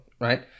Right